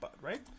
right